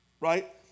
Right